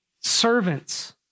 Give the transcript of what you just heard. servants